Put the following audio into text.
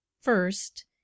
First